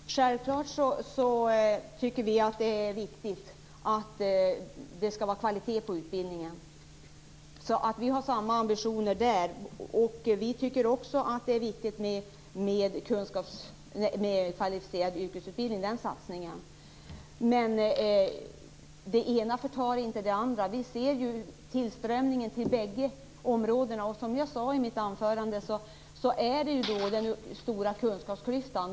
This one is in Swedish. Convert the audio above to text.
Herr talman! Självklart tycker vi att det är viktigt med kvalitet på utbildningen. Vi har samma ambitioner där. Vi tycker också att det är viktigt med satsningen på kvalificerad yrkesutbildning. Men det ena förtar inte det andra. Vi ser tillströmningen till bägge områdena. Som jag sade i mitt anförande är det en stor kunskapsklyfta.